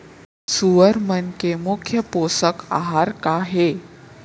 सुअर मन के मुख्य पोसक आहार का हे?